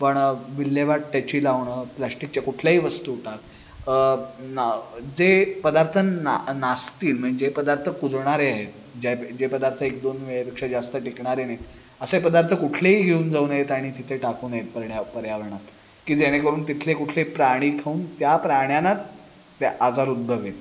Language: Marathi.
पण विल्हेवाट त्याची लावणं प्लास्टिकच्या कुठल्याही वस्तू टाक ना जे पदार्थ ना नासतील म जे पदार्थ कुजणारे आहेत ज्या जे पदार्थ एक दोन वेळेपेक्षा जास्त टिकणारे नाहीत असे पदार्थ कुठलेही घेऊन जाऊन नयेत आणि तिथे टाकू नयेत पर्या पर्यावरणात की जेणेकरून तिथले कुठले प्राणी खाऊन त्या प्राण्यांना त्या आजार उद्भवेल